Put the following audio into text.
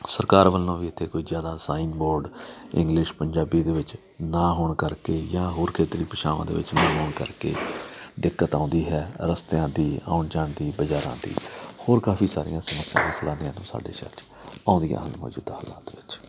ਸਰਕਾਰ ਵੱਲੋਂ ਵੀ ਇੱਥੇ ਕੋਈ ਜ਼ਿਆਦਾ ਸਾਈਨ ਬੋਰਡ ਇੰਗਲਿਸ਼ ਪੰਜਾਬੀ ਦੇ ਵਿੱਚ ਨਾ ਹੋਣ ਕਰਕੇ ਜਾਂ ਹੋਰ ਖੇਤਰੀ ਭਾਸ਼ਾਵਾਂ ਦੇ ਵਿੱਚ ਨਾ ਹੋਣ ਕਰਕੇ ਦਿੱਕਤ ਆਉਂਦੀ ਹੈ ਰਸਤਿਆਂ ਦੀ ਆਉਣ ਜਾਣ ਦੀ ਬਜ਼ਾਰਾਂ ਦੀ ਹੋਰ ਕਾਫ਼ੀ ਸਾਰੀਆਂ ਸਮੱਸਿਆਂ ਸੈਲਾਨੀਆਂ ਨੂੰ ਸਾਡੇ ਸ਼ਹਿਰ 'ਚ ਆਉਂਦੀਆਂ ਹਨ ਮੌਜੂਦਾ ਹਾਲਤ ਵਿੱਚ